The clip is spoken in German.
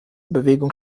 bewegung